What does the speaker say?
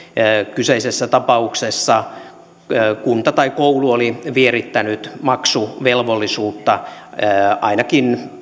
kyseisessä tapauksessa kunta tai koulu oli vierittänyt maksuvelvollisuutta ainakin